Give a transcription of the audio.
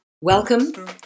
Welcome